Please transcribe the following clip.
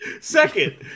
Second